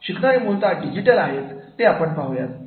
शिकणारे मुळतः डिजिटल आहेत ते आपण पाहूयात